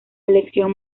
elección